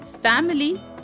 family